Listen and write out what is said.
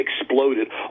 exploded